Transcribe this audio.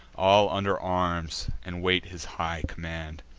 all under arms, and wait his high command.